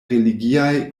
religiaj